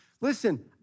Listen